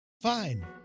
Fine